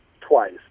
twice